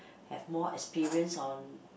have more experience on